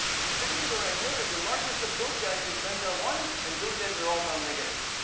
and in particular, i know that the largest of those guys is lambda one and those guys are all non-negative.